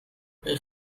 رتبه